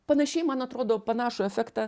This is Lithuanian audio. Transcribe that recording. panašiai man atrodo panašų efektą